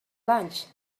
lunch